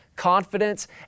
confidence